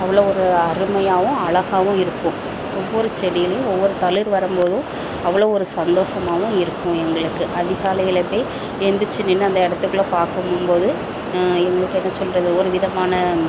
அவ்வளோ ஒரு அருமையாகவும் அழகாவும் இருக்கும் ஒவ்வொரு செடியிலேயும் ஒவ்வொரு தளிர் வரும்போதும் அவ்வளோ ஒரு சந்தோஷமாவும் இருக்கும் எங்களுக்கு அதிகாலையில் போய் எழுந்திரிச்சி நின்று அந்த இடத்துக்குள்ள பார்க்க போகும்போது எங்களுக்கு என்ன சொல்வது ஒரு விதமான